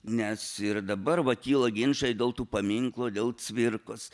nes ir dabar va kyla ginčai dėl tų paminklų dėl cvirkos